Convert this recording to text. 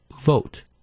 vote